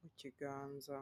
mu kiganza.